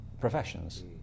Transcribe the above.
professions